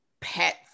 pet